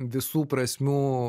visų prasmių